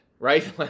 Right